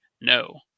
no